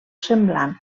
semblant